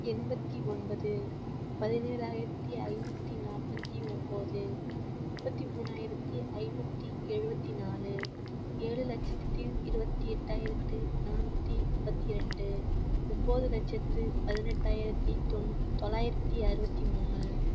எண்பத்தி ஒன்பது பதினேழாயிரத்தி ஐந்நூற்றி நாற்பத்தி ஒம்பது முப்பத்தி மூணாயிரத்தி ஐந்நூற்றி எழுபத்தி நாலு ஏழு லட்சத்தி இருபத்தி எட்டாயிரத்தி நானூற்றி ஐம்பத்தி ரெண்டு ஒம்பது லட்சத்து பதினெட்டாயிரத்தி தொண் தொள்ளாயிரத்தி அறுபத்தி மூணு